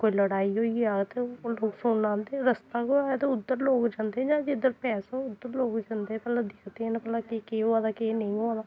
कोई लड़ाई होई जाऽ ते ओह् लोग सुनन औंदे रस्ता गै होऐ ते उद्धर लोक जंदे जां जिद्धर पैसा उद्धर लोक जंदे भला दिखदे न भला केह् केह् होआ दा केह् नेईं होआ दा